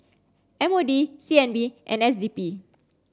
M O D C N B and S D P